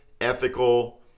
ethical